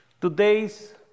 Today's